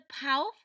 powerful